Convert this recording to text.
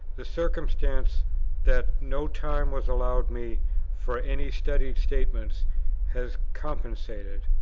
the circumstance that no time was allowed me for any studied statements has compensated,